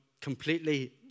completely